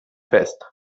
fest